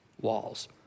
walls